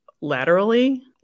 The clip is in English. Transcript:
laterally